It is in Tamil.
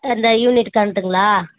அந்த யூனிட் கரண்ட்டுங்களா